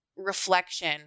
reflection